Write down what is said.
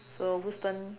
so whose turn